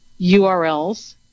URLs